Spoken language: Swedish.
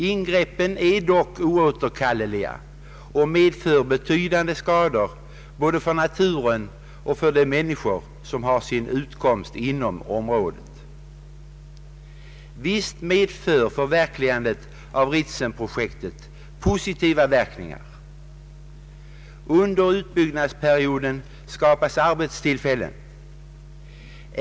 Ingreppen är dock oåterkalleliga och medför betydande skador både på naturen och för de människor som har sin utkomst i området. Visst medför Ritsemprojektet positiva verkningar. Under uppbyggnadsperioden skapas arbetstillfällen.